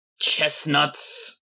chestnuts